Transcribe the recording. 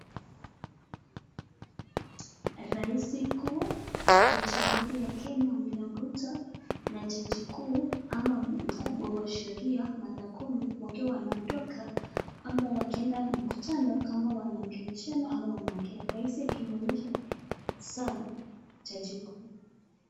Raisi kuu wa jamhuri ya Kenya Wiliam Ruto na jaji kuu ama mkubwa wa sheria Martha Koome wakiwa wanaondoka ama wakienda mkutano kama wanaongeleshana ama wanaongea raisi akimwonyesha saa jaji kuu.